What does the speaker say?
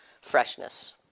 freshness